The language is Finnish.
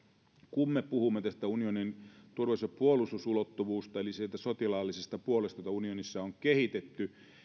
kun me puhumme tästä unionin turvallisuus ja puolustusulottuvuudesta eli siitä sotilaallisesta puolesta jota unionissa on kehitetty